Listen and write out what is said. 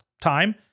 time